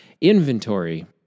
Inventory